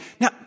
Now